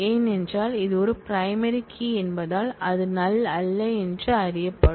ஏனென்றால் இது ஒரு பிரைமரி கீ என்பதால் அது நல் அல்ல என்று அறியப்படும்